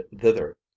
thither